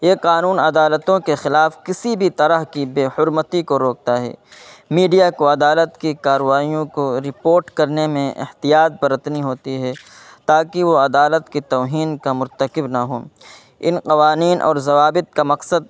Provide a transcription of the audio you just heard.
یہ قانون عدالتوں کے خلاف کسی بھی طرح کی بے حرمتی کو روکتا ہے میڈیا کو عدالت کی کارروائیوں کو رپوٹ کرنے میں احتیاط برتنی ہوتی ہے تاکہ وہ عدالت کے توہین کا مرتکب نہ ہو ان قوانین اور ضوابط کا مقصد